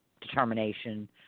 determination